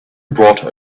brought